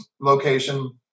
location